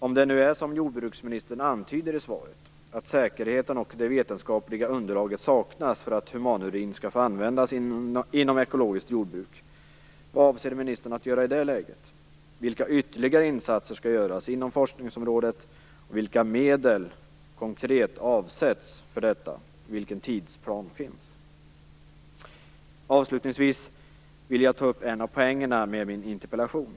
Om det är som jordbruksministern antyder i svaret att säkerheten och det vetenskapliga underlaget saknas för att humanurin skall få användas inom det ekologiska jordbruket undrar jag vad ministern avser att göra i det läget. Vilka ytterligare insatser skall göras inom forskningsområdet och vilka medel avsätts konkret för detta? Vilken tidsplan finns? Avslutningsvis vill jag ta upp en av poängerna med min interpellation.